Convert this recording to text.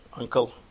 uncle